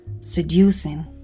seducing